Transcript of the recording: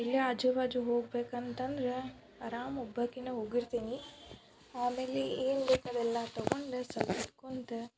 ಇಲ್ಲೇ ಆಜುಬಾಜು ಹೋಗ್ಬೇಕಂತಂದ್ರೆ ಆರಾಮ್ ಒಬ್ಬಾಕೆನೇ ಹೋಗಿರ್ತಿನಿ ಆಮೇಲೆ ಏನ್ಬೇಕು ಅದೆಲ್ಲ ತಗೊಂಡು ಸಲ್ಪ ಹೊತ್ ಕುಂತು